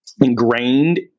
ingrained